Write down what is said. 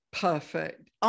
perfect